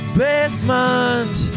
basement